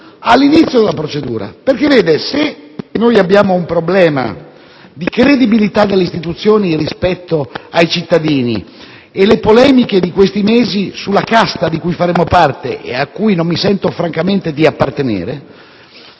all'inizio della procedura. Se abbiamo un problema di credibilità delle istituzioni rispetto ai cittadini e le polemiche di questi mesi sulla casta di cui faremmo parte ‑ e a cui non mi sento francamente di appartenere